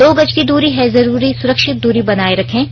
दो गज की दूरी है जरूरी सुरक्षित दूरी बनाए रखें